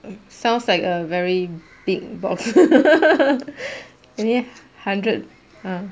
sounds like a very big box hundred ah